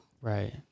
Right